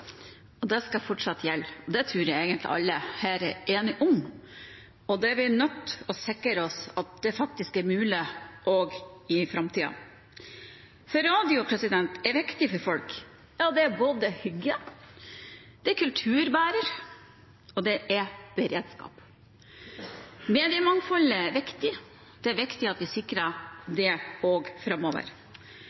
Det skal fortsatte gjelde. Det tror jeg egentlig alle her er enige om. Det er vi nødt til å sikre oss at faktisk er mulig også i framtida. Radio er viktig for folk. Det er både hygge, det er en kulturbærer, og det er beredskap. Mediemangfoldet er viktig. Det er viktig at vi sikrer det også framover.